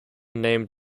named